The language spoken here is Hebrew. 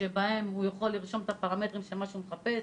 שבו הוא יכול לרשום את הפרמטרים של מה שהוא מחפש.